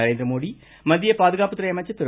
நரேந்திரமோடி மத்திய பாதுகாப்புத்துறை அமைச்சர் திரு